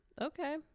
Okay